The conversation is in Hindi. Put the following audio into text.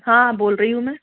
हाँ बोल रही हूँ मैं